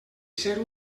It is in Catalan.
ser